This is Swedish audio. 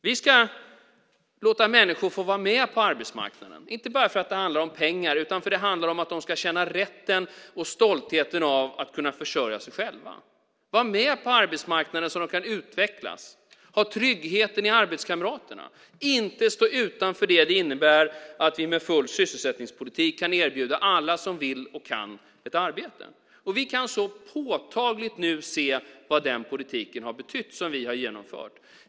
Vi ska låta människor få vara med på arbetsmarknaden, inte bara för att det handlar om pengar utan för att det handlar om att de ska känna rätten och stoltheten av att kunna försörja sig själva, vara med på arbetsmarknaden så att de kan utvecklas, ha tryggheten i arbetskamraterna, inte stå utanför det som det innebär att vi med en politik för full sysselsättning kan erbjuda alla som vill och kan ett arbete. Vi kan nu påtagligt se vad den politik som vi har genomfört har betytt.